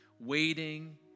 Waiting